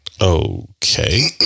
Okay